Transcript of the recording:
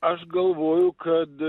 aš galvoju kad